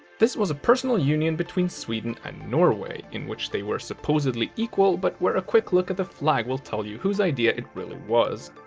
this was a personal union between sweden and norway, in which they were supposedly equal, but where a quick look at the flag will tell you whose idea it really was.